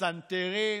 פסנתרים,